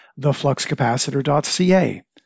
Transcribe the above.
thefluxcapacitor.ca